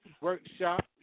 Workshop